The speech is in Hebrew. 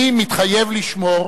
"אני מתחייב לשמור